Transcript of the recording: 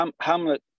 Hamlet